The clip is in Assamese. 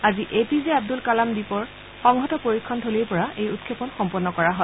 আজি A P J Abdul Kalam দ্বীপৰ সংহত পৰীক্ষণ থলীৰ পৰা এই উৎক্ষেপণ সম্পন্ন কৰা হয়